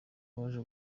baje